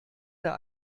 der